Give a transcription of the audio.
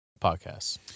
podcasts